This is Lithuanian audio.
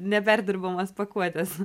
neperdirbamas pakuotes